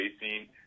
facing